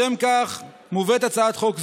לשם כך מובאת הצעת חוק זו.